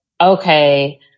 okay